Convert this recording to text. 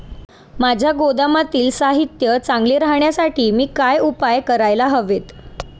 माझ्या गोदामातील साहित्य चांगले राहण्यासाठी मी काय उपाय काय करायला हवेत?